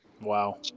Wow